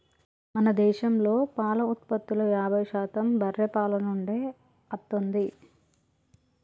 మన దేశంలో పాల ఉత్పత్తిలో యాభై శాతం బర్రే పాల నుండే అత్తుంది